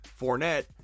Fournette